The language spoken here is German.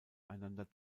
einander